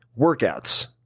workouts